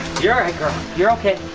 you're alright girl, you're okay,